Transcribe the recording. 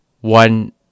one